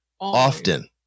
often